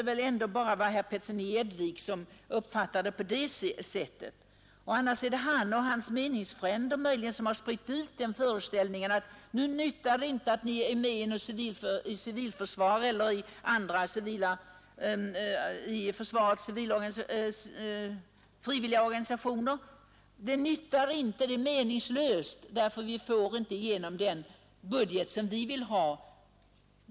Har herr Petersson i Gäddvik bara uppfattat saken på det sättet eller har herr Petersson och hans meningsfränder spritt den föreställningen till frivilligorganisationer att det är meningslöst därför att man inte får igenom den budget man önskar?